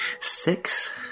Six